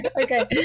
Okay